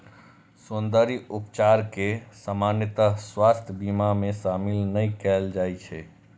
सौंद्रर्य उपचार कें सामान्यतः स्वास्थ्य बीमा मे शामिल नै कैल जाइ छै